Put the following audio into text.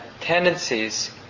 tendencies